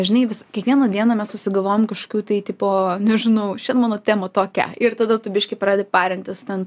žinai vis kiekvieną dieną mes susigalvojam kažkokių tai tipo nežinau šiandien mano tema tokia ir tada tu biškį pradedi parintis ten